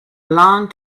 long